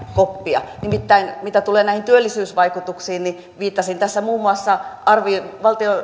koppia nimittäin mitä tulee näihin työllisyysvaikutuksiin viittasin tässä muun muassa tällaiseen